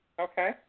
Okay